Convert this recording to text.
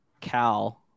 Cal